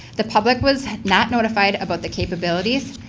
the public was not notified about the capabilities,